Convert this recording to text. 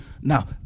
Now